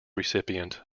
recipient